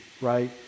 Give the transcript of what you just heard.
right